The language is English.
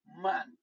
man